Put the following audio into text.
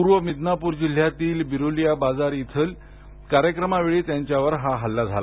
पूर्व मिदनापूर जिल्ह्यातील बिरुलीया बझार येथील कार्यक्रमावेळी त्यांच्यावर हा हल्ला झाला